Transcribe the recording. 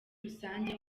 rusange